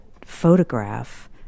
photograph